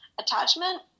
attachment